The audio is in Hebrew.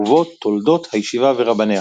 ובו תולדות הישיבה ורבניה.